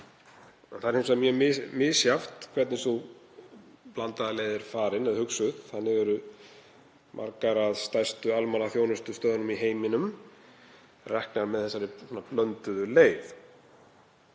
það er hins vegar mjög misjafnt hvernig sú blandaða leið er hugsuð. Þannig eru margar af stærstu almannaþjónustustöðvum í heiminum reknar með þessari blönduðu leið.